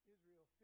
Israel